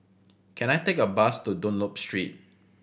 can I take a bus to Dunlop Street